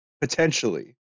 potentially